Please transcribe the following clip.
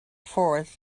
force